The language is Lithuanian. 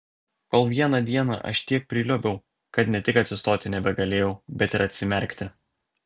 kol vieną dieną aš tiek priliuobiau kad ne tik atsistoti nebegalėjau bet ir atsimerkti